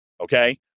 okay